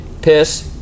piss